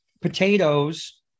potatoes